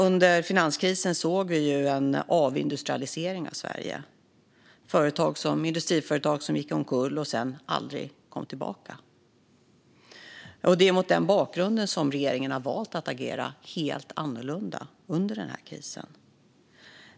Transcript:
Under finanskrisen såg vi en avindustrialisering av Sverige och industriföretag som gick omkull och sedan aldrig kom tillbaka. Det är mot denna bakgrund som regeringen har valt att agera helt annorlunda under den här krisen.